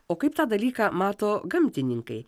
o kaip tą dalyką mato gamtininkai